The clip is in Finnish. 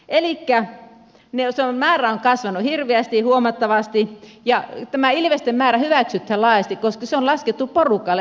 elikkä se määrä on kasvanut hirveästi huomattavasti ja tämä ilvesten määrä hyväksytään laajasti koska se on laskettu porukalla ja yhteisymmärryksessä